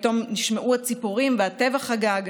פתאום נשמעו הציפורים והטבע חגג.